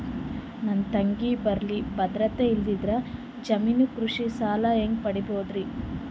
ನನ್ನ ತಂಗಿ ಬಲ್ಲಿ ಭದ್ರತೆ ಇಲ್ಲದಿದ್ದರ, ಜಾಮೀನು ಕೃಷಿ ಸಾಲ ಹೆಂಗ ಪಡಿಬೋದರಿ?